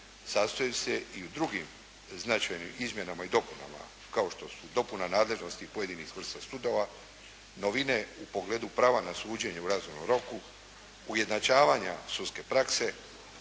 sastoji se i od drugih značajnih izmjenama i dopunama, kao što su dopuna nadležnosti pojedinih vrsta sudova, novine u pogledu prava na suđenje u razmjernom roku, ujednačavanje sudske prakse,